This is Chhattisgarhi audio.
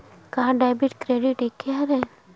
का डेबिट क्रेडिट एके हरय?